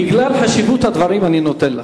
בגלל חשיבות הדברים אני נותן לך.